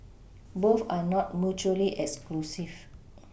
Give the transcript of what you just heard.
both are not mutually exclusive